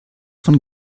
von